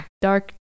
dark